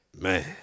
Man